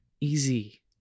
Easy